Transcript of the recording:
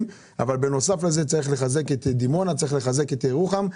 אבל בנוסף לכך צריך לחזק את דימונה ואת ירוחם.